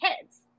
kids